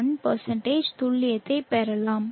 1 துல்லியத்தைப் பெறலாம்